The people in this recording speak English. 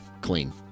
clean